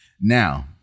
Now